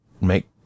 make